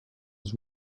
was